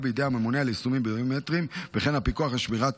בידי הממונה על יישומים ביומטריים וכן פיקוח על שמירת